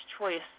choice